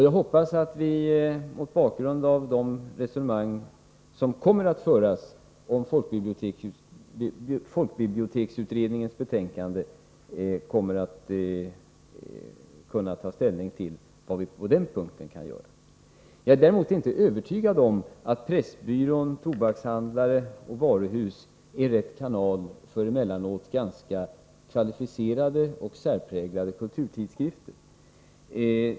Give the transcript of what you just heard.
Jag hoppas att vi mot bakgrunden av de resonemang som kommer att föras om folkbiblioteksutredningens betänkande skall kunna ta ställning till vad vi på den punkten kan göra. Däremot är jag inte övertygad om att Pressbyrån, tobakshandlare och varuhus är de rätta kanalerna för emellanåt ganska kvalificerade och särpräglade kulturtidskrifter.